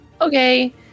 Okay